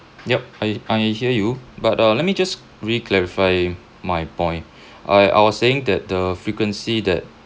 yup I I hear you but let me just re clarify my point I I was saying that the frequency that